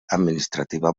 administrativa